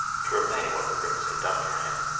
to repay what the prince had done for him.